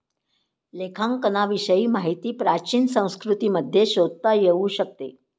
लेखांकनाविषयी माहिती प्राचीन संस्कृतींमध्ये शोधता येऊ शकते